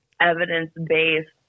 evidence-based